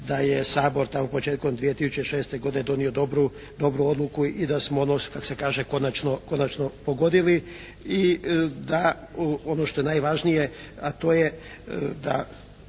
da je Sabor tamo početkom 2006. godine donio dobru odluku i da smo ono kako se kaže konačno pogodili. I da, ono što je najvažnije, a to je da